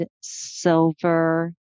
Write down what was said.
silver